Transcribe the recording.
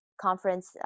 Conference